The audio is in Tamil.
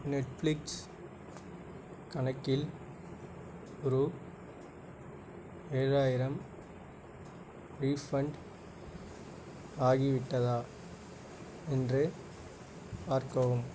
நெட்ஃப்ளிக்ஸ் கணக்கில் ரூபா ஏழாயிரம் ரீஃபண்ட் ஆகிவிட்டதா என்று பார்க்கவும்